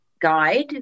guide